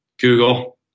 Google